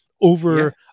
over